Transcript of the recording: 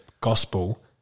gospel